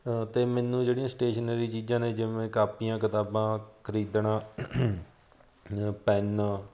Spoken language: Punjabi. ਅਤੇ ਮੈਨੂੰ ਜਿਹੜੀਆਂ ਸਟੇਸ਼ਨਰੀ ਚੀਜ਼ਾਂ ਨੇ ਜਿਵੇਂ ਕਾਪੀਆਂ ਕਿਤਾਬਾਂ ਖਰੀਦਣਾ ਪੈੱਨ